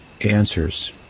answers